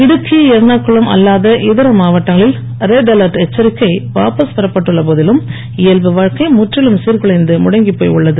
இடுக்கி எர்ணாகுளம் அல்லாத இதர மாவட்டங்களில் ரெட் அலர்ட் எச்சரிக்கை வாபஸ் பெறப்பட்டுள்ள போதிலும் இயல்பு வாழ்க்கை முற்றிலும் சிர்குலைந்து முடங்கிப் போய் உள்ளது